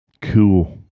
Cool